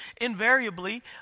invariably